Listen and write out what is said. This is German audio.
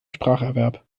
spracherwerb